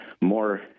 more